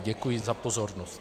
Děkuji za pozornost.